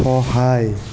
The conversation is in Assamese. সহায়